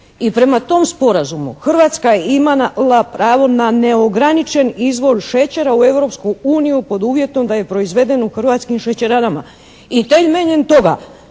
i prema tom sporazumu Hrvatska ima pravo na neograničeni izvoz šećera u Europsku uniju pod uvjetom da je proizveden u hrvatskim šećeranama i temeljem toga